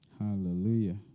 Hallelujah